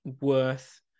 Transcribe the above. worth